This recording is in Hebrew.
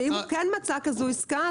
שאם הוא מצא כזו עסקה,